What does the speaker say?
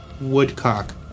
Woodcock